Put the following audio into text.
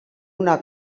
una